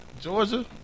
Georgia